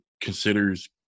considers